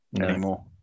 anymore